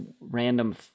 random